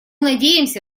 надеемся